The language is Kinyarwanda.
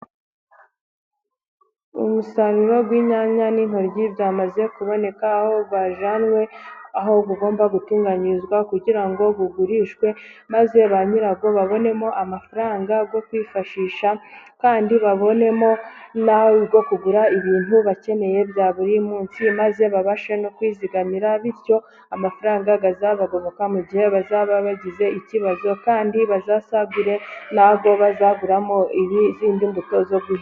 Umusaruro w'inyanya n'intoryi byamaze kuboneka. Aho byajyanwe aho bigomba gutunganyirizwa kugira ngo bigurishwe maze ba nyirabyo babonemo amafaranga yo kwifashisha, kandi babonemo na yo kugura ibintu bakeneye bya buri munsi, maze babashe no kwizigamira. Bityo amafaranga azabagoboka mu gihe bazaba bagize ikibazo. Kandi bazasagure n'ayo bazaguramo izindi mbuto zo guhinga.